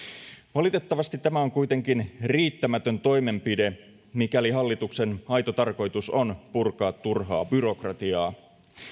valitettavasti tämä on kuitenkin riittämätön toimenpide mikäli hallituksen aito tarkoitus on purkaa turhaa byrokratiaa